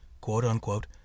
quote-unquote